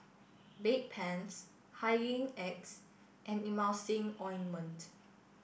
Bedpans Hygin X and Emulsying Ointment